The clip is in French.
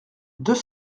deux